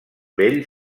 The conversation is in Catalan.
vell